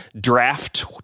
Draft